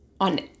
on